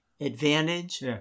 advantage